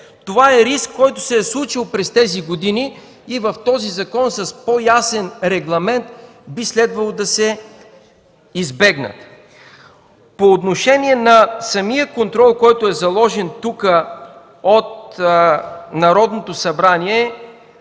Това е риск, който се е случвал през тези години, и в този закон с по-ясен регламент би следвало да се избегне. По отношение на самия контрол, който е заложен тук от Народното събрание,